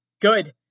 Good